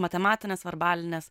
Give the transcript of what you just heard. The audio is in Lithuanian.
matematines verbalines